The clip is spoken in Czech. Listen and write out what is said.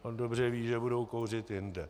On dobře ví, že budou kouřit jinde.